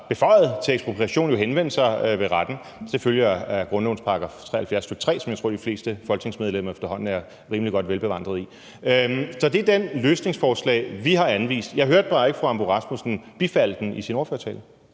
beføjet til ekspropriation, jo henvende sig ved retten. Det følger af grundlovens § 73, stk. 3, som jeg tror de fleste folketingsmedlemmer efterhånden er rimelig godt velbevandrede i. Så det er det løsningsforslag, vi har anvist. Jeg hørte bare ikke fru Marlene Ambo-Rasmussen bifalde det i sin ordførertale.